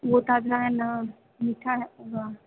वह ताज़ा है ना मीठा है होगा